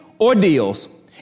ordeals